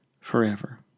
forever